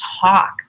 talk